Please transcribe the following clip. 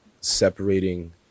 separating